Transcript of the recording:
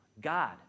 God